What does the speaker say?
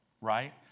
right